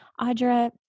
Audra